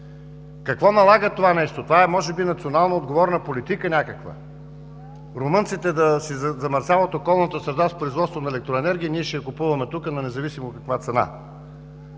Какво налага това нещо? Това е може би някаква националноотговорна политика – румънците да си замърсяват околната среда с производство на енергия и ние ще я купуваме тук на независимо каква цена?!